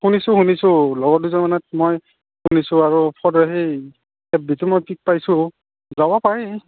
শুনিছোঁ শুনিছোঁ লগৰ দুইজনমানত মই শুনিছোঁ আৰু যাব পাৰি